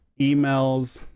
emails